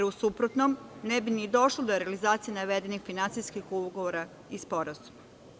U suprotnom ne bi ni došlo do realizacije navedenih finansijskih ugovora i sporazuma.